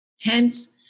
Hence